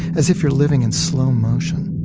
as if you're living in slow motion.